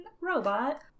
robot